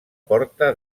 porta